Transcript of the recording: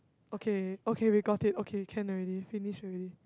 okay okay we got it okay can already finish already